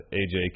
aj